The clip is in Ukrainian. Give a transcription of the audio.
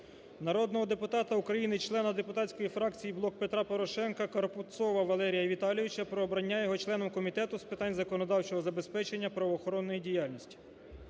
Народного депутата України, члена депутатської фракції "Блок Петра Порошенка" Карпунцова Валерія Віталійовича про обрання його членом Комітету з питань законодавчого забезпечення правоохоронної діяльності.